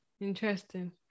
Interesting